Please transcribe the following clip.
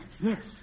Yes